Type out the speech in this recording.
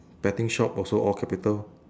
betting shop also all capital